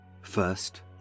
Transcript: First